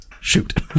Shoot